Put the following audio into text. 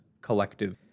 collective